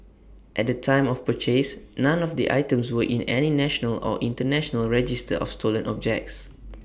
at the time of purchase none of the items were in any national or International register of stolen objects